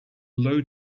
low